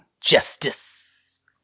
Justice